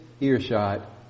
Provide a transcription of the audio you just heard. earshot